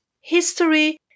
History